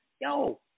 Yo